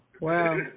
Wow